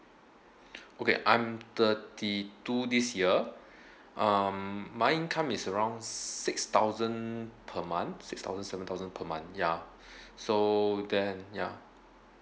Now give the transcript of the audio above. okay I'm thirty two this year uh my income is around six thousand per month six thousand seven thousand per month ya so then ya